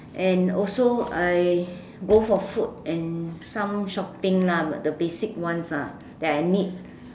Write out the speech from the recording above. and also I go for food and some shopping lah the basic ones lah that I need